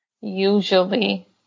usually